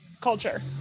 culture